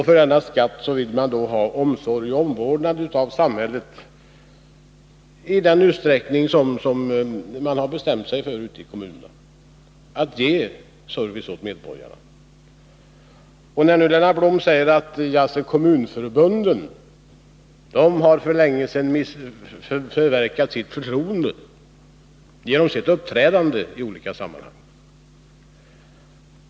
För denna skatt vill medborgarna ha omsorg och omvårdnad av samhället — i den utsträckning som man bl.a. ute i kommunerna har bestämt sig för att ge dem denna service. Lennart Blom säger nu att kommunförbunden för länge sedan har förverkat människors förtroende genom sitt uppträdande i olika sammanhang.